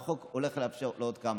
והחוק הולך לאפשר לעוד כמה.